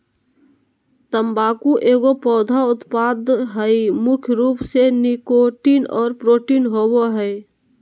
तम्बाकू एगो पौधा उत्पाद हइ मुख्य रूप से निकोटीन और प्रोटीन होबो हइ